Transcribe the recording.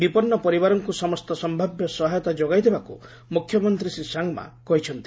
ବିପନ୍ନ ପରିବାରକୁ ସମସ୍ତ ସମ୍ଭାବ୍ୟ ସହାୟତା ଯୋଗାଇ ଦେବାକୁ ମୁଖ୍ୟମନ୍ତ୍ରୀ ଶ୍ରୀ ଶାଙ୍ଗମା କହିଛନ୍ତି